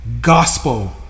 Gospel